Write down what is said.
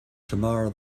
tamara